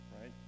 Right